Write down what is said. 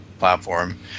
platform